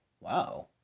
Wow